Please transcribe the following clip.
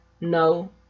no